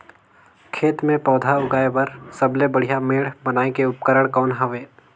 खेत मे पौधा उगाया बर सबले बढ़िया मेड़ बनाय के उपकरण कौन हवे?